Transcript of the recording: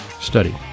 study